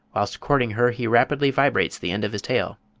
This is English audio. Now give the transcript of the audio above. whilst courting her he rapidly vibrates the end of his tail.